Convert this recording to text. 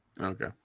Okay